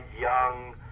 young